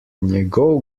njegov